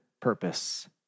purpose